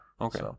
okay